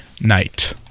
night